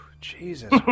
Jesus